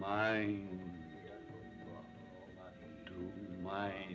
my my